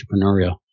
entrepreneurial